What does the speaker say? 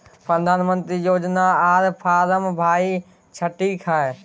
प्रधानमंत्री योजना आर फारम भाई छठी है?